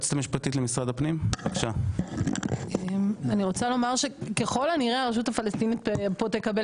אני רוצה לומר שככל הנראה הרשות הפלסטינית תקבל